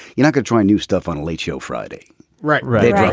you know could try new stuff on a late show friday right right